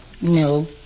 No